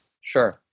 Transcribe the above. Sure